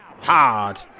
hard